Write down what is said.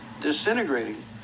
disintegrating